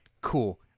Cool